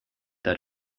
that